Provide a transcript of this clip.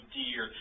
dear